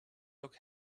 look